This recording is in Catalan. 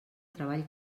treball